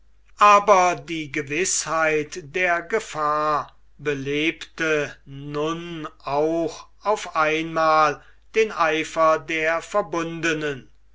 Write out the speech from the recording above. aber die gewißheit der gefahr belebte nun auch auf einmal den eifer der verbundenen